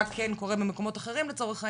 כן קורה במקומות אחרים לצורך העניין?